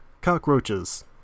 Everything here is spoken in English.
cockroaches